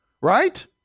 Right